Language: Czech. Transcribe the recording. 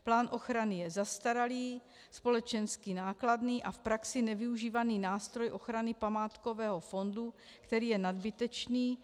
Plán ochrany je zastaralý, společensky nákladný a v praxi nevyužívaný nástroj ochrany památkového fondu, který je nadbytečný.